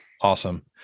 Awesome